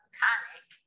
panic